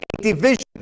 division